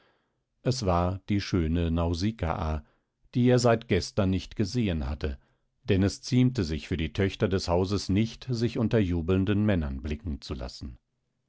es war die schöne nausikaa die er seit gestern nicht gesehen hatte denn es ziemte sich für die töchter des hauses nicht sich unter jubelnden männern blicken zu lassen